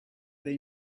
they